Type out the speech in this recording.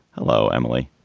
hello, emily.